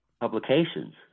publications